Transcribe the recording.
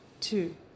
two